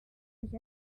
sich